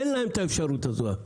אין להם היום את האפשרות הזאת,